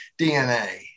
DNA